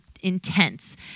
intense